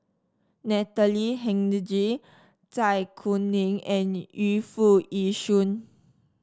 Natalie Hennedige Zai Kuning and Yu Foo Yee Shoon